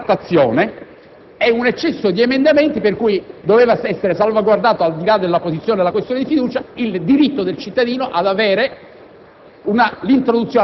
la sufficiente trattazione e un eccesso di emendamenti per cui doveva essere salvaguardato, al di là della posizione della questione di fiducia, il diritto del cittadino a decidere